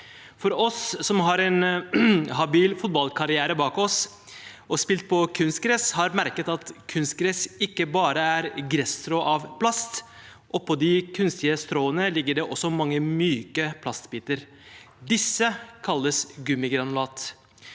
Vi som har en habil fotballkarriere bak oss og har spilt på kunstgress, har merket at kunstgress ikke bare er gresstrå av plast. Oppå de kunstige stråene ligger det også mange myke plastbiter. Disse kalles gummigranulat.